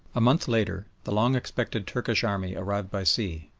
a month later the long-expected turkish army arrived by sea,